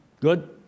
Good